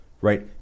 right